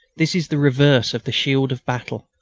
this is the reverse of the shield of battle,